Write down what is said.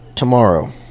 tomorrow